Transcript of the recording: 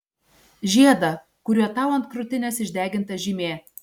žiedą kuriuo tau ant krūtinės išdeginta žymė